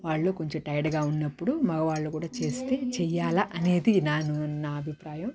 వాళ్ళు కొంచెం టైడ్గా ఉన్నప్పుడు మగవాళ్లు కూడా చేస్తే చేయాల అనేది నాను నా అభిప్రాయం